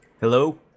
Hello